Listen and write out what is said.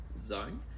zone